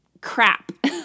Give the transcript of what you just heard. crap